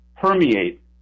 permeate